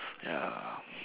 ya